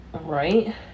Right